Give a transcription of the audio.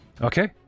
Okay